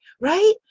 right